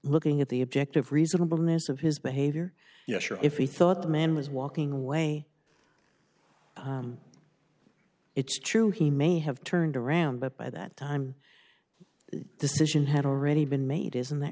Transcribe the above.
looking at the objective reasonableness of his behavior yes or if he thought the man was walking away it's true he may have turned around but by that time the decision had already been made isn't that